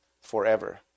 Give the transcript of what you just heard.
forever